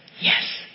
Yes